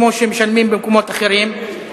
כמו שמשלמים במקומות אחרים,